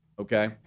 Okay